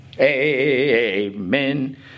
Amen